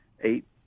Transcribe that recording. eight